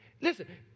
listen